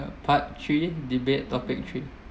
part three debate topic three